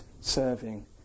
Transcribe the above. serving